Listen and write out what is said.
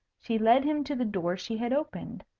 she led him to the door she had opened.